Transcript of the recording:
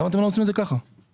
למה אתם לא עושים את זה כך, כמונו?